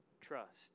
trust